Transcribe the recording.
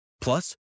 Plus